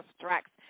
tracks